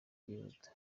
byihuta